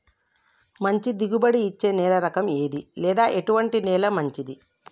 మంచి దిగుబడి ఇచ్చే నేల రకం ఏది లేదా ఎటువంటి నేల మంచిది?